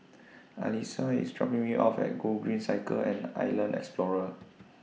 Allyssa IS dropping Me off At Gogreen Cycle and Island Explorer